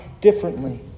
differently